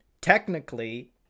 technically